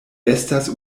estas